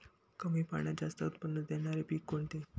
कमी पाण्यात जास्त उत्त्पन्न देणारे पीक कोणते?